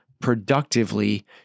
productively